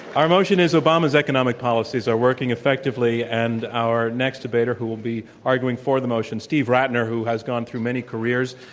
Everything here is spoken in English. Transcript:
our motion is, obama's economic policies are working effectively. and our next debater, who will be arguing for the motion, steve rattner, who has gone through many careers.